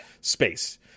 space